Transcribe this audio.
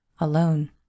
alone